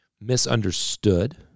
misunderstood